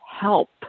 help